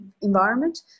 environment